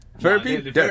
Therapy